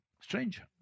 stranger